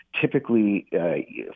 typically –